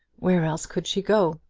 where else could she go?